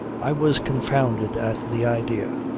i was confounded at the idea,